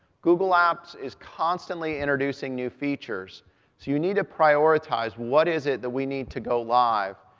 google apps is constantly introducing new features, so you need to prioritize. what is it that we need to go live,